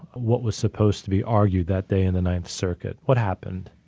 what was supposed to be argued that day in the ninth circuit? what happened?